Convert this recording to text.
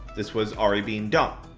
this was ahri being dumb.